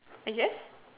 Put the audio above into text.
I guess